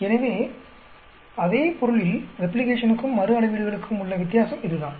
எனவே அதே பொருளில் ரெப்ளிகேஷனுக்கும் மறு அளவீடுகளுக்கும் உள்ள வித்தியாசம் இதுதான்